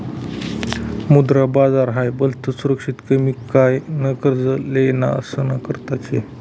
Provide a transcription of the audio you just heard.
मुद्रा बाजार हाई भलतं सुरक्षित कमी काय न कर्ज लेनारासना करता शे